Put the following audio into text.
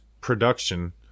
production